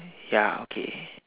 ya okay